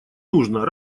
нужно